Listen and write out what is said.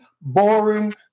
boring